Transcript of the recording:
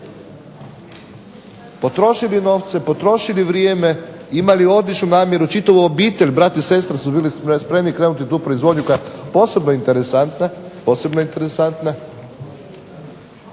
Potrošili novce, potrošili vrijeme, imali odličnu namjeru čitavu obitelj, brat i sestra su bili spremni krenuti u tu proizvodnju koja je posebno interesantna.